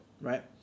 Right